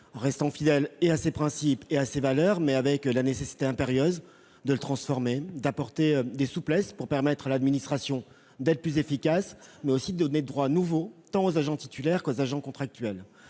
restant fidèle à ses principes et à ses valeurs, de répondre à la nécessité impérieuse de transformer ce statut, d'apporter des souplesses pour permettre à l'administration d'être plus efficace, mais aussi de donner des droits nouveaux tant aux agents titulaires qu'aux agents contractuels.